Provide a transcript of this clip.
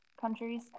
countries